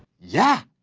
yeah,